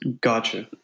Gotcha